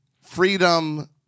Freedom